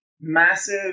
massive